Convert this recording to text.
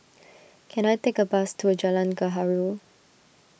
can I take a bus to a Jalan Gaharu